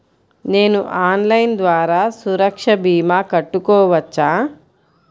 నేను ఆన్లైన్ ద్వారా సురక్ష భీమా కట్టుకోవచ్చా?